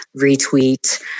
retweet